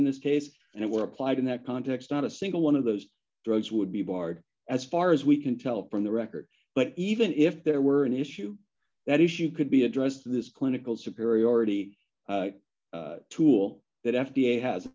in this case and it were applied in that context not a single one of those drugs would be barred as far as we can tell from the record but even if there were an issue that issue could be addressed this clinical superiority tool that f d a has